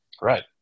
Right